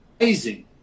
amazing